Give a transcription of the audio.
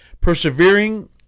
persevering